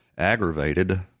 aggravated